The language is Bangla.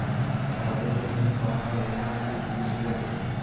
ঘ্যরের জ্যনহে ক্যরা হ্যয় এমল ইক ইলসুরেলস